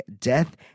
death